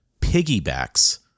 piggybacks